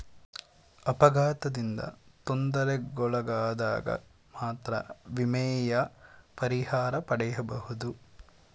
ಅಪಘಾತದಿಂದ ತೊಂದರೆಗೊಳಗಾದಗ ಮಾತ್ರ ವಿಮೆಯ ಪರಿಹಾರ ಪಡೆಯಬಹುದು